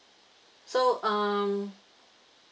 so um